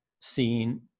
seen